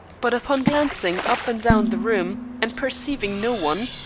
but upon glancing up and down the room and perceiving no one,